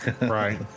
Right